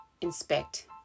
inspect